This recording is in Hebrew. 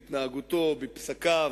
בהתנהגותו, בפסיקותיו,